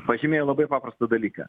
pažymėjo labai paprastą dalyką